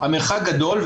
המרחק גדול,